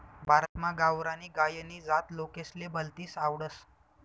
भारतमा गावरानी गायनी जात लोकेसले भलतीस आवडस